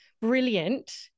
brilliant